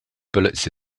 bullets